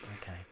Okay